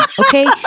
okay